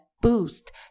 boost